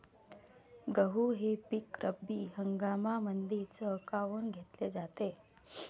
गहू हे पिक रब्बी हंगामामंदीच काऊन घेतले जाते?